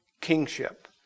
kingship